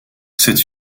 cette